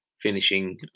finishing